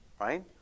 right